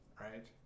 right